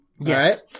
Yes